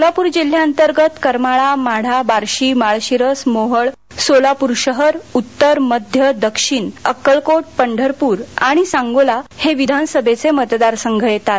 सोलापुर जिल्ह्यातर्गत करमाळा माढा बार्शी माळशिरस मोहोळ सोलापुर शहर उत्तर मध्य दक्षिण अक्कलकोट पंढरपुर आणि सांगोला हे विधानसभेचे मतदार संघ येतात